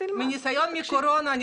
מניסיון הקורונה,